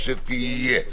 כשתהיה.